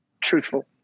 truthful